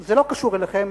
זה לא קשור אליכם,